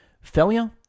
Failure